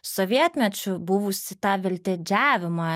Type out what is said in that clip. sovietmečiu buvusį tą veltėdžiavimą